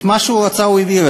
את מה שהוא רצה הוא העביר.